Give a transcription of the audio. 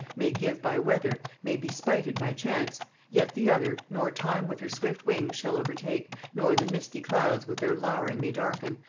may give by weather, may be spited by chance yet the other, nor time with her swift wings shall overtake, nor the misty clouds with their lowering may darken,